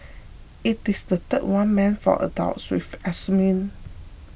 it is the third one meant for adults with autism